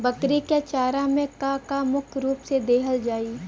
बकरी क चारा में का का मुख्य रूप से देहल जाई?